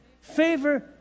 favor